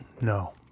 No